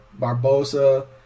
Barbosa